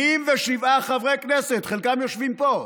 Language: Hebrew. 87 חברי כנסת, חלקם יושבים פה,